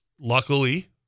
luckily